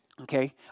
Okay